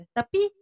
Tapi